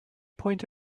point